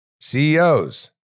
CEOs